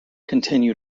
continue